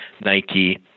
Nike